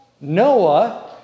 Noah